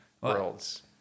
worlds